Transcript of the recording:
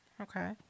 Okay